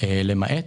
למעט